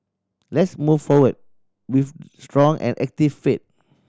let's move forward with strong and active faith